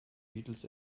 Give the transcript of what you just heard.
beatles